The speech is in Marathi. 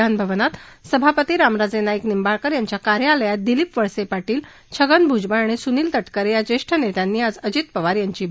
विधानभवनात सभापती रामराजे नाईक निंबाळकर यांच्या कार्यालयात दिलीप वळसे पार्शेल छगन भूजबळ आणि सुनिल ता करे या ज्येष्ठ नेत्यांनी आज अजित पवार यांची भेट्वेतली